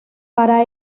para